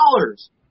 dollars